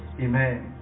amen